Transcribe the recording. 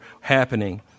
happening